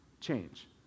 change